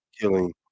killing